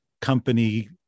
company